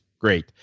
great